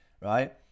right